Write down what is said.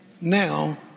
now